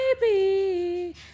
Baby